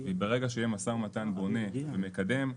וברגע שיהיה משא ומתן בונה ומקדם ,